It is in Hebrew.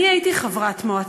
אני הייתי חברת מועצה,